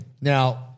Now